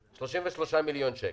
33 מיליון שקל.